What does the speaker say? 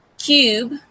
Cube